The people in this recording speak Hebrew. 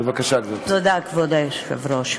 בבקשה, גברתי.